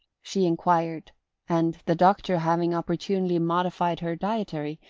she enquired and, the doctor having opportunely modified her dietary,